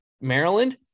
Maryland